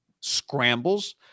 scrambles